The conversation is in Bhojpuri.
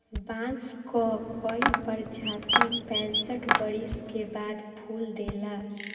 बांस कअ कई प्रजाति पैंसठ बरिस के बाद फूल देला